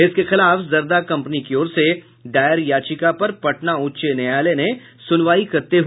इसके खिलाफ जर्दा कंपनी की ओर से दायर याचिका पर पटना उच्च न्यायालय ने सुनवाई करते हुए यह रोक लगायी है